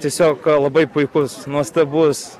tiesiog labai puikus nuostabus